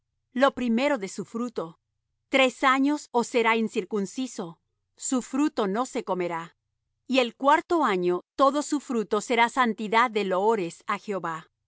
lo primero de su fruto tres años os será incircunciso su fruto no se comerá y el cuarto año todo su fruto será santidad de loores á jehová